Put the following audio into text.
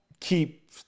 Keep